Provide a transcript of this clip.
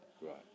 right